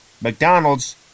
McDonald's